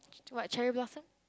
what cherry blossom